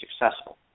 successful